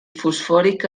fosfòric